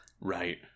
Right